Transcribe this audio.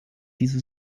diese